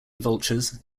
vultures